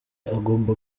agomba